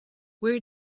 where